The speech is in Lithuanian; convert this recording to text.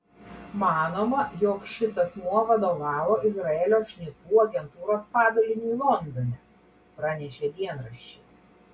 manoma jog šis asmuo vadovavo izraelio šnipų agentūros padaliniui londone pranešė dienraščiai